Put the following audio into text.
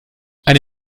eine